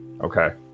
Okay